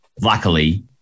luckily